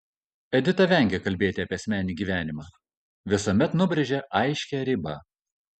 edita vengia kalbėti apie asmeninį gyvenimą visuomet nubrėžia aiškią ribą